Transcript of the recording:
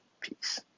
peace